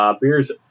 Beers